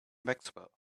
maxwell